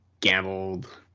gambled